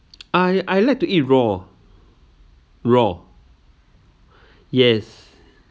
I I like to eat raw raw yes